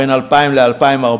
בין 2000 ל-2004.